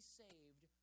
saved